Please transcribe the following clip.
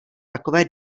takové